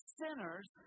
sinners